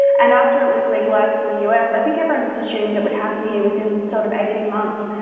and after it was legalized in the u s, i think everyone just assumed it would happen here within sort of eighteen months.